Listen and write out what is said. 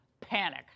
panic